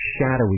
shadowy